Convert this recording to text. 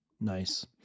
Nice